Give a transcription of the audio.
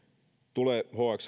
tulee hx